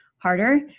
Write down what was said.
harder